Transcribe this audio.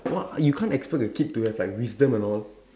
what you can't expect the kid to have like wisdom and all